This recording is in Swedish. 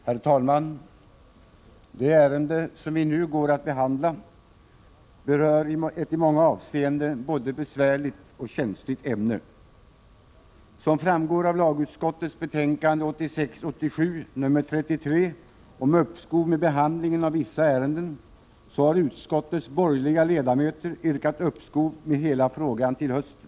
Herr talman! Det ärende som vi nu går att behandla berör ett i många avseenden både besvärligt och känsligt ämne. Som framgår av lagutskottets betänkande 1986/87:33 om uppskov med behandlingen av vissa ärenden, har utskottets borgerliga ledamöter yrkat uppskov med hela frågan till hösten.